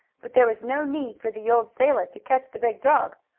but there was no need for the old sailor to catch the big dog.